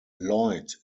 lloyd